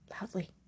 loudly